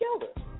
together